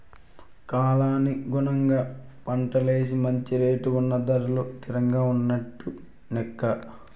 కాలానుగుణంగా పంటలేసి మంచి రేటు ఉంటే ధరలు తిరంగా ఉన్నట్టు నెక్క